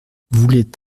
voulait